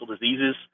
diseases